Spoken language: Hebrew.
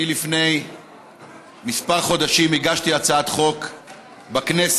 לפני כמה חודשים הגשתי הצעת חוק בכנסת,